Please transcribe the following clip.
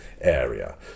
area